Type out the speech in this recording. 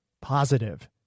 Positive